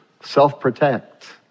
self-protect